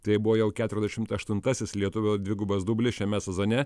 tai buvo jau keturiasdešimt aštuntasis lietuvio dvigubas dublis šiame sezone